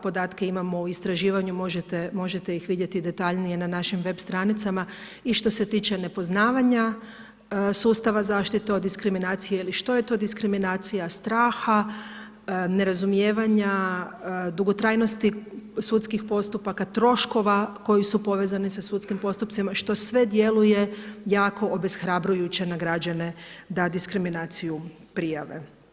Podatke imamo o istraživanju možete ih vidjeti detaljnije na našim web stranicama i što se tiče nepoznavanja sustava zaštite od diskriminacije ili što je to diskriminacija straha, nerazumijevanja, dugotrajnosti sudskih postupaka, troškova koji su povezani sa sudskim postupcima što sve djeluje jako obeshrabrujuće na građane da diskriminaciju prijave.